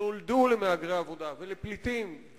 שנולדו למהגרי עבודה ולפליטים,